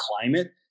climate